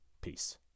Peace